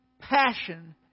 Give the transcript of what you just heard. Passion